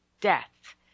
death